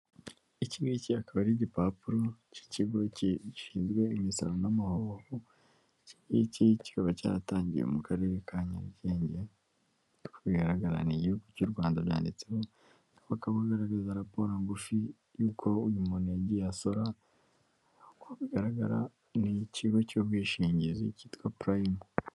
Iki ngiki akaba ari igipapuro cy'ikigo gishinzwe imisoro n'amahoro, iki ngiki kikaba cyaratangiwe mu karere ka Nyarugenge, uko bihagara ni igihugu cy'u Rwanda byanditseho, kikaba kigaragaza raporo ngufi y'uko uyu muntu yagiye asora, nk'uko bigaragara n'ikigo cy'ubwishingizi cyitwa purayimu.